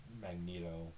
Magneto